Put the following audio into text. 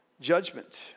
judgment